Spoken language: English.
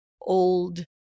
Old